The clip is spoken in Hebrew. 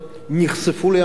נחשפו לים-המלח,